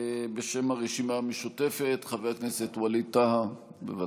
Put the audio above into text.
בשם הרשימה המשותפת, חבר הכנסת ווליד טאהא, בבקשה.